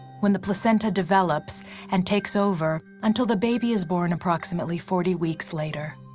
when the placenta develops and takes over, until the baby is born approximately forty weeks later.